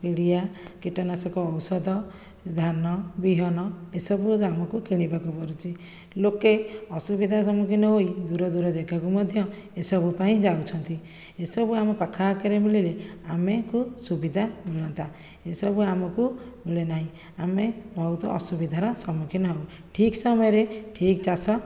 ପିଡିଆ କୀଟ ନାଶକ ଔଷଧ ଧାନ ବିହନ ଏ ସବୁ ଆମକୁ କିଣିବାକୁ ପଡୁଛି ଲୋକେ ଅସୁବିଧା ସମ୍ମୁଖୀନ ହୋଇ ଦୂର ଦୂର ଜାଗାକୁ ମଧ୍ୟ ଏସବୁ ପାଇଁ ଯାଉଛନ୍ତି ଏସବୁ ଆମ ପାଖଆଖରେ ମିଳିଲେ ଆମକୁ ସୁବିଧା ମିଳନ୍ତା ଏସବୁ ଆମକୁ ମିଳେ ନାହିଁ ଆମେ ବହୁତ ଅସୁବିଧାର ସମ୍ମୁଖୀନ ହେଉ ଠିକ୍ ସମୟରେ ଠିକ୍ ଚାଷ